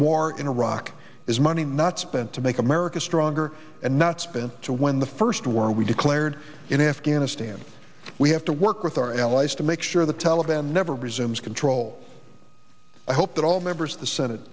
war in iraq is money not spent to make america stronger and not spend to win the first war we declared in afghanistan we have to work with our allies to make sure the taliban never resumes control i hope that all members of the senate